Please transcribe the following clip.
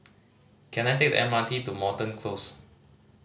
can I take the M R T to Moreton Close